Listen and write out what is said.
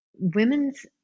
Women's